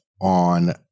on